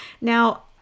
Now